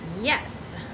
Yes